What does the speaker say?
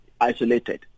isolated